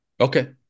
Okay